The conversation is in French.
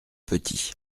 petit